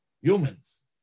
humans